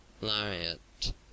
lariat